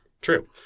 True